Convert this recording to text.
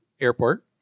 Airport